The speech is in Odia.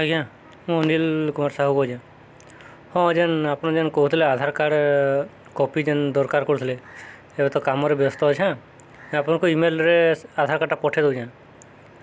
ଆଜ୍ଞା ମୁଁ ଅନୀଲ୍ କୁମାର ସାହୁ କହୁଛି ହଁ ଯେ ଆପଣ ଯେଉଁ କହୁଥିଲେ ଆଧାର କାର୍ଡ୍ କପି ଯେଉଁ ଦରକାର କରୁଥିଲେ ଏବେ ତ କାମରେ ବ୍ୟସ୍ତ ଅଛି ଆପଣଙ୍କୁ ଇମେଲ୍ରେ ଆଧାର କାର୍ଡ୍ଟା ପଠେଇ ଦେଉଛି